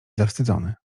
zawstydzony